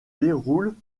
déroule